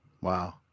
Wow